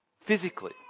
physically